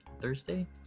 Thursday